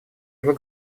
его